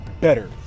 better